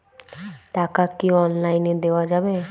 টাকা কি অনলাইনে দেওয়া যাবে?